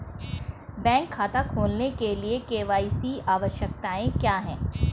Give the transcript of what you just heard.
Bank खाता खोलने के लिए के.वाई.सी आवश्यकताएं क्या हैं?